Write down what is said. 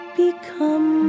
become